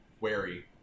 wary